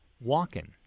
walking